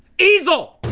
easel!